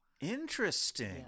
interesting